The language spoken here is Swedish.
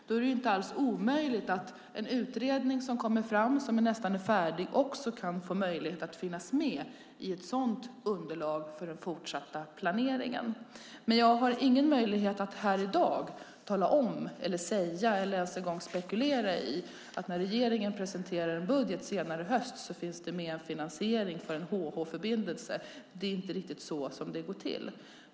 Då är det inte omöjligt att en utredning som är nästan färdig kan finnas med i underlaget för den fortsatta planeringen. Jag har ingen möjlighet att i dag tala om, eller ens spekulera i, att det, när regeringen i höst presenterar sin budget, finns med en finansiering av HH-förbindelsen. Det är inte riktigt så det går till.